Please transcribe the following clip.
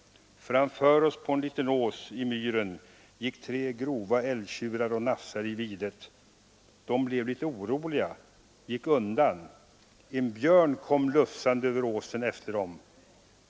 Framför oss på en liten ås i myren gick tre grova älgtjurar och nafsade i videt. De blev litet oroliga, gick undan. En björn kom lufsande över åsen efter älgarna.